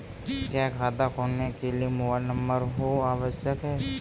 क्या खाता खोलने के लिए मोबाइल नंबर होना आवश्यक है?